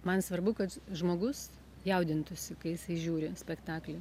man svarbu kad žmogus jaudintųsi kai jisai žiūri spektaklį